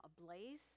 ablaze